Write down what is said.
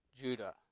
Judah